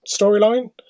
storyline